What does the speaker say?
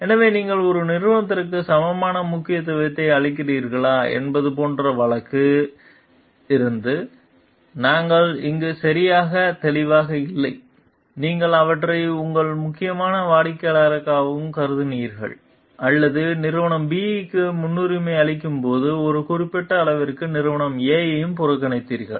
எனவே நீங்கள் இரு நிறுவனங்களுக்கும் சமமான முக்கியத்துவத்தை அளித்திருக்கிறீர்களா என்பது போன்ற வழக்கில் இருந்து நாங்கள் இங்கு சரியாக தெளிவாக இல்லை நீங்கள் அவற்றை உங்கள் முக்கியமான வாடிக்கையாளர்களாகவும் கருதினீர்கள் அல்லது நிறுவனம் B க்கு முன்னுரிமை அளிக்கும்போது ஒரு குறிப்பிட்ட அளவிற்கு நிறுவனம் A ஐ புறக்கணித்தீர்கள்